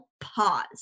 pause